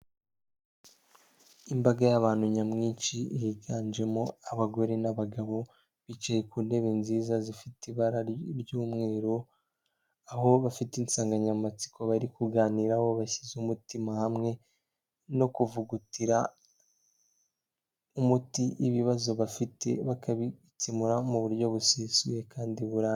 Imbaga y'abantu nyamwinshi, higanjemo abagore n'abagabo, bicaye ku ntebe nziza zifite ibara ry'umweru, aho bafite insanganyamatsiko bari kuganiraho, bashyize umutima hamwe no kuvugutira umuti ibibazo bafite, bakabikemura mu buryo busesuye kandi burambye.